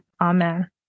Amen